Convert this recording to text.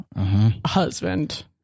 Husband